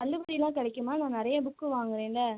தள்ளுபடிலாம் கிடைக்குமா நான் நிறையா புக்கு வாங்குறேனில்ல